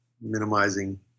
minimizing